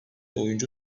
oyuncu